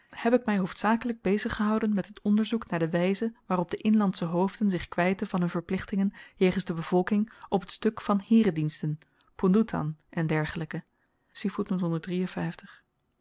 heb ik my hoofdzakelyk beziggehouden met het onderzoek naar de wyze waarop de inlandsche hoofden zich kwyten van hun verplichtingen jegens de bevolking op het stuk van heerediensten poendoetan en